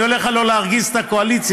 אני הולך הלוא להרגיז את הקואליציה.